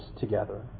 together